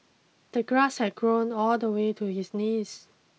the grass had grown all the way to his knees